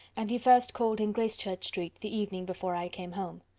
and he first called in gracechurch street the evening before i came home.